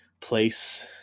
place